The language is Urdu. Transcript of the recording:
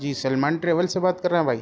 جی سلمان ٹریول سے بات کر رہے ہیں بھائی